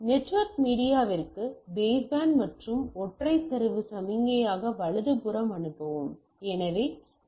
network மீடியாவிற்கு baseband மற்றும் ஒற்றை தரவு சமிக்ஞையாக வலதுபுறம் அனுப்பவும்